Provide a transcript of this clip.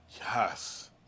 Yes